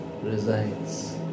resides